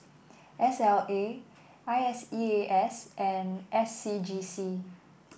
S L A I S E A S and S C G C